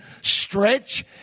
stretch